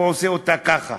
הוא עושה אותה ככה.